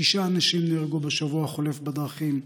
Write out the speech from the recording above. שישה אנשים נהרגו בשבוע החולף בדרכים,